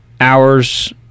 hours